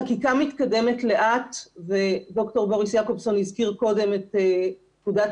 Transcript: חקיקה מתקדמת לאט וד"ר בוריס יעקובסון הזכיר קודם את פקודת